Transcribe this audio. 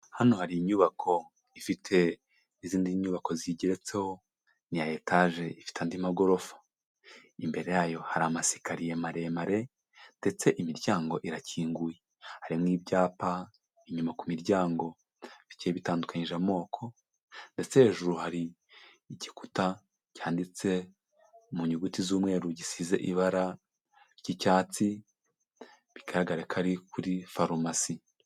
Hano hari inyubako ifite izindi nyubako zigeretseho, ni iya etaje, ifite andi magorofa, imbere yayo hari amasikariye maremare, ndetse imiryango irakinguye, hari n'ibyapa, inyuma ku miryango bigiye bitandukanyije amoko, ndetse hejuru hari igikuta cyanditse mu nyuguti z'umweru gisize ibara ry'icyatsi, bigaragara ko ari kuri farumasi.